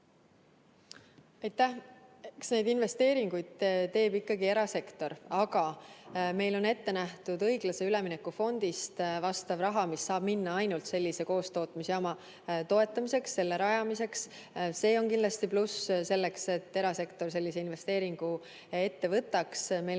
Aitäh! Eks neid investeeringuid teeb ikkagi erasektor, aga meil on õiglase ülemineku fondist ette nähtud vastav raha, mis saab minna ainult sellise koostootmisjaama toetamiseks, selle rajamiseks. See on kindlasti pluss selleks, et erasektor sellise investeeringu ette võtaks.